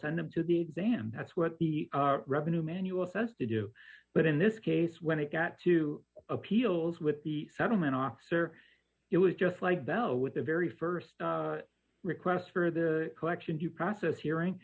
send them to the dam that's what the revenue manual says to do but in this case when it got to appeals with the settlement officer it was just like bell with the very st request for the collection due process hearing